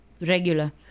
Regular